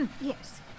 Yes